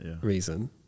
reason